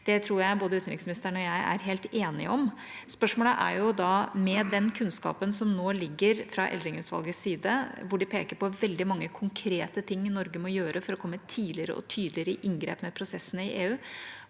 Det tror jeg både utenriksministeren og jeg er helt enige om. Spørsmålet er da: Med den kunnskapen som nå foreligger fra Eldring-utvalgets side, hvor de peker på veldig mange konkrete ting Norge må gjøre for å komme tidligere og tydeligere i inngrep med prosessene i EU,